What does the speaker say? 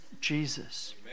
Jesus